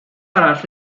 arall